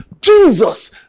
Jesus